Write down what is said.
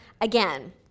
again